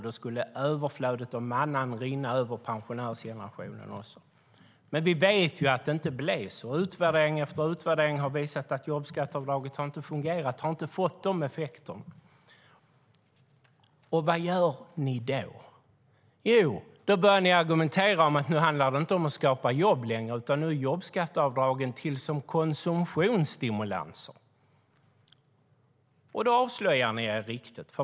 Då skulle överflödet och mannan rinna över pensionärsgenerationen också. Men vi vet att det inte blev så. Utvärdering efter utvärdering har visat att jobbskatteavdraget inte har fungerat på det sättet och inte fått dessa effekter. Vad gör ni då? Då börjar ni argumentera om att det nu inte handlar om att skapa jobb längre. Nu är jobbskatteavdragen konsumtionsstimulanser. Då avslöjar ni er riktigt.